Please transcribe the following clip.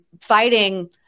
fighting